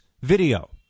video